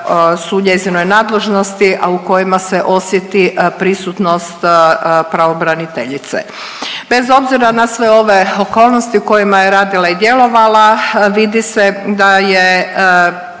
su u njezinoj nadležnosti, a u kojima se osjeti prisutnost pravobraniteljice. Bez obzira na sve ove okolnosti u kojima je radila i djelovala vidi se da je